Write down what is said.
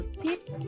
tips